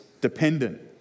dependent